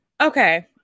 okay